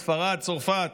ספרד וצרפת,